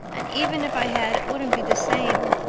and even if i had it wouldn't be the same.